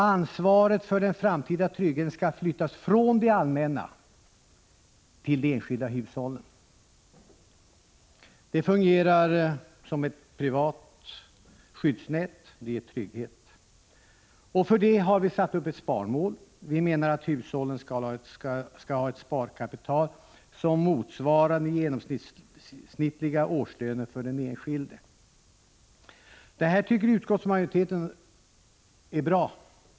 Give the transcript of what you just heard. Ansvaret för den framtida tryggheten skall flyttas från det allmänna till de enskilda hushållen. Det fungerar som ett privat skyddsnät. Det ger trygghet. För det har vi satt upp ett sparmål. Vi menar att hushållen skall ha ett sparkapital som motsvarar den genomsnittliga årslönen för den enskilde. Detta tycker utskottsmajoriteten är bra.